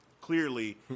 clearly